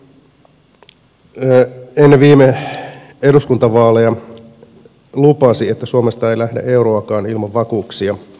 ministeri ennen viime eduskuntavaaleja lupasi että suomesta ei lähde euroakaan ilman vakuuksia